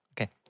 Okay